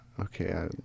Okay